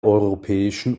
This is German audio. europäischen